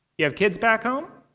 you have kids back home?